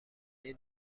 این